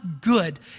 good